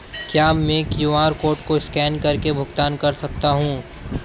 क्या मैं QR code को स्कैन करके भुगतान कर सकता हूं?